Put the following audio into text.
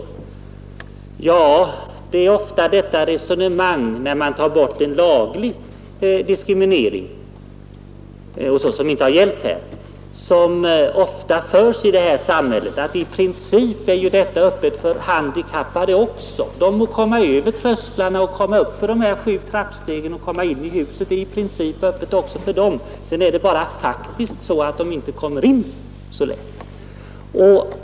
Ett sådant resonemang förs ofta i samhället, t.ex. när man tar bort en tidigare laglig diskriminering och tror att eftersatta grupper i och med det får en likabehandling. I princip kan ett hus vara öppet för handikappade också — men bara om de kan komma över trösklarna och komma upp för de sju trappstegen in i huset. I princip är det alltså öppet, men rent faktiskt kommer en rörelsehindrad inte in så lätt.